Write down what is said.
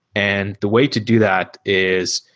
and the way to do that is,